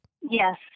Yes